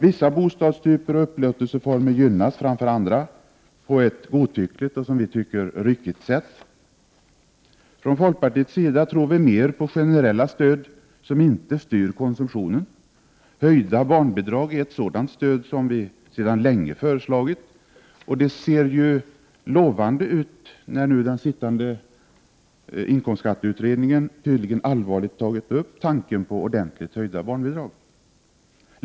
Vissa bostadstyper och upplåtelseformer gynnas framför andra på ett som vi tycker godtyckligt och ryckigt sätt. Från folkpartiets sida tror vi mer på generella stöd som inte styr konsumtionen. Höjda barnbidrag är ett sådant stöd som vi sedan länge föreslagit, och det ser ju lovande ut när den nu sittande inkomstskatteutredningen tydligen allvarligt tagit upp tanken på ordentligt höjda barnbidrag.